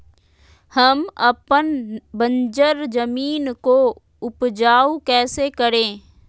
हम अपन बंजर जमीन को उपजाउ कैसे करे?